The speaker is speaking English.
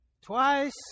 Twice